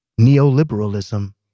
Neoliberalism